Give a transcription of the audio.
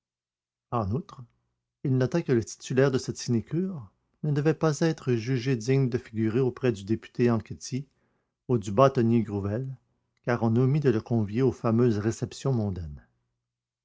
en outre il nota que le titulaire de cette sinécure ne devait pas être jugé digne de figurer auprès du député anquety ou du bâtonnier grouvel car on omit de le convier aux fameuses réceptions mondaines